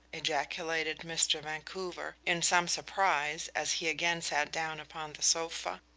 ejaculated mr. vancouver, in some surprise, as he again sat down upon the sofa.